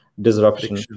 disruption